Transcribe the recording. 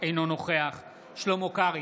אינו נוכח שלמה קרעי,